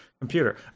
computer